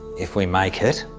if we make it,